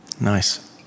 Nice